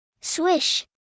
Swish